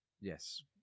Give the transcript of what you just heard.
Yes